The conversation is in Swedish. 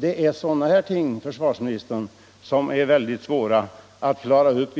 Det är sådana här ting, herr försvarsministern, som är väldigt svåra att klara upp